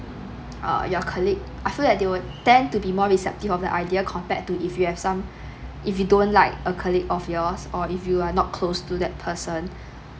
uh your colleague I feel that they would tend to be more receptive of the idea compare to if you have some if you don't like a colleague of yours or if you're like not close to that person